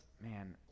man